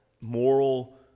moral